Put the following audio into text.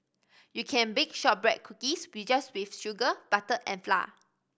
you can bake shortbread cookies just with sugar butter and flour